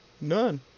None